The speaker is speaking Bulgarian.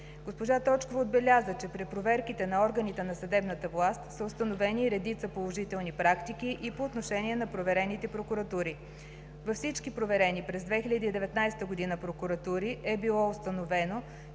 Госпожа Точкова отбеляза, че при проверките на органите на съдебната власт са установени и редица положителни практики и по отношение на проверените прокуратури. Във всички проверени през 2019 г. прокуратури е било установено,